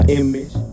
image